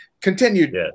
Continued